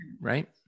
right